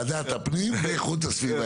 ועדת הפנים ואיכות הסביבה.